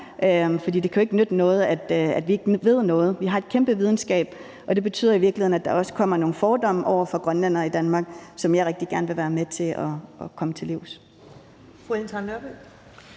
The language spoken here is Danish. det kan jo ikke nytte noget, at vi ikke ved noget. Vi har et kæmpe vidensgab, og det betyder i virkeligheden, at der også opstår nogle fordomme over for grønlændere i Danmark, som jeg rigtig gerne vil være med til at komme til livs.